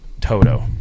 Toto